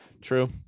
True